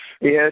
Yes